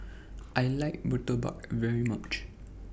I like Murtabak very much